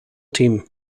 team